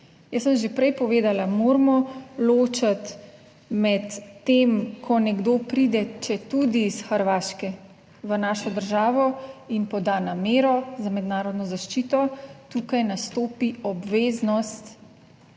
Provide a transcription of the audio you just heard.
Jaz sem že prej povedala, moramo ločiti med tem, ko nekdo pride četudi iz Hrvaške v našo državo in poda namero za mednarodno zaščito, tukaj nastopi obveznost